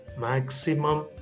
maximum